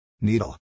Needle